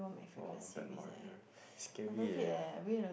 oh bad mario scary eh